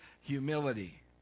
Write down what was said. humility